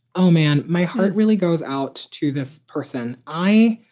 oh, man. my heart really goes out to this person. i.